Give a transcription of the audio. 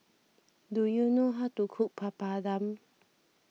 do you know how to cook Papadum